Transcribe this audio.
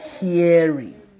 hearing